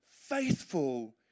faithful